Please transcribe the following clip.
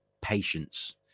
patience